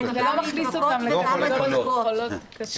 זה לא מכניס אותן לקטגוריית חולות קשה.